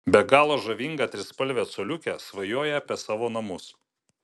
be galo žavinga trispalvė coliukė svajoja apie savo namus